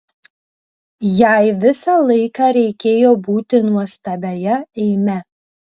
jai visą laiką reikėjo būti nuostabiąja eime